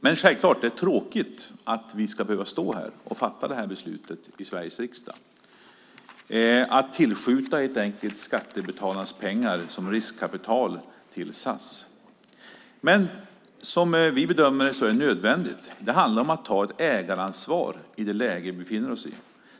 Det är självklart tråkigt att vi ska behöva stå här och fatta det här beslutet i Sveriges riksdag om att tillskjuta skattebetalarnas pengar som riskkapital till SAS. Men som vi bedömer det är det nödvändigt. Det handlar om att ta ett ägaransvar i det läge som vi befinner oss i.